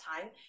time